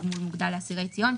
תגמול מוגדל לאסירי ציון.